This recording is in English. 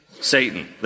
Satan